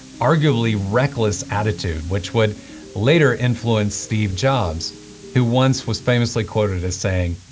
arguably reckless attitude which would later influence steve jobs who once was famously quoted as saying,